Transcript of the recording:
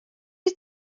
wyt